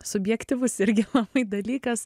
subjektyvus irgi labai dalykas